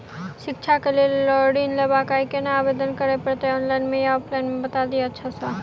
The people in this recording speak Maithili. शिक्षा केँ लेल लऽ ऋण लेबाक अई केना आवेदन करै पड़तै ऑनलाइन मे या ऑफलाइन मे बता दिय अच्छा सऽ?